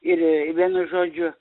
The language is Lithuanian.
ir vienu žodžiu